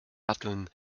datteln